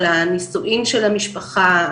על הנישואין של המשפחה,